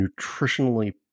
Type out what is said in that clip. nutritionally